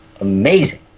amazing